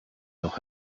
noch